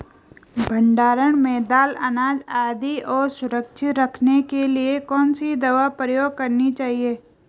भण्डारण में दाल अनाज आदि को सुरक्षित रखने के लिए कौन सी दवा प्रयोग करनी चाहिए?